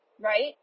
Right